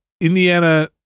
Indiana